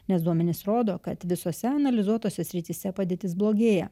nes duomenys rodo kad visose analizuotose srityse padėtis blogėja